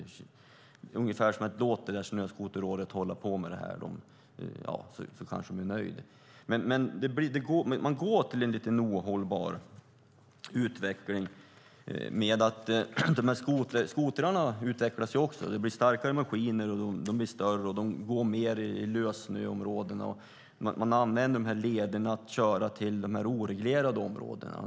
Det är ungefär som att säga: Låt det där Snöskoterrådet hålla på med det här så kanske de blir nöjda. Man går mot en ohållbar utveckling genom att de här skotrarna ju också utvecklas. Det blir starkare maskiner. De blir större. De går mer i lössnöområdena. Man använder de här lederna för att köra till de oreglerade områdena.